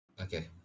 Okay